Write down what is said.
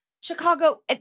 Chicago